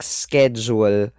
schedule